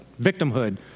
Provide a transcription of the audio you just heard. victimhood